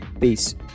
peace